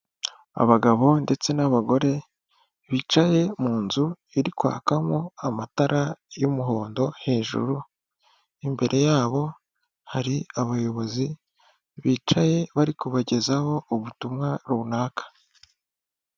Abagabo ndetse n'abagore, bicaye mu nzu iri kwakamo amatara y'umuhondo hejuru, imbere yabo hari abayobozi bicaye, bari kubagezaho ubutumwa runaka.